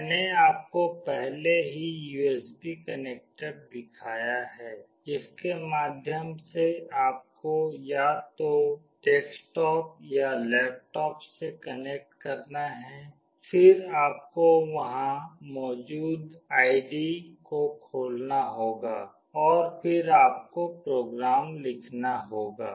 मैंने आपको पहले ही USB कनेक्टर दिखाया है जिसके माध्यम से आपको या तो डेस्कटॉप या लैपटॉप से कनेक्ट करना है फिर आपको वहां मौजूद आईडी को खोलना होगा और फिर आपको प्रोग्राम लिखना होगा